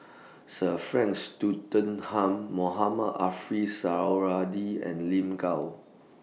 Sir Frank Mohamed Suradi and Lin Gao